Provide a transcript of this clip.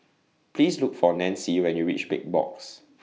Please Look For Nancie when YOU REACH Big Box